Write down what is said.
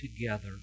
together